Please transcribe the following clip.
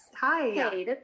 hi